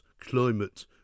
climate